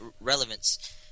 relevance